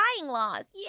laws